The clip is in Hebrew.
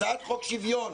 הצעת חוק שוויון,